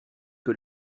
que